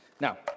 Now